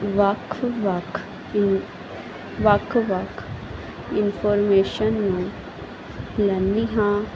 ਵੱਖ ਵੱਖ ਇ ਵੱਖ ਵੱਖ ਇਨਫੋਰਮੇਸ਼ਨ ਨੂੰ ਲੈਂਦੀ ਹਾਂ